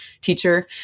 teacher